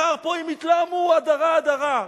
ומחר הם יתלהמו פה: הדרה, הדרה.